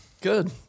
Good